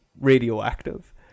radioactive